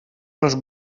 els